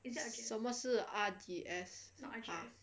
什么是 R_G_S ah